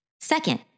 Second